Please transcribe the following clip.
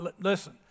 Listen